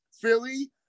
Philly